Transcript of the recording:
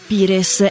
Pires